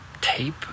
tape